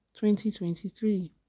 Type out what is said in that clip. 2023